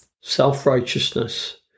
self-righteousness